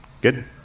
Good